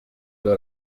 ظهر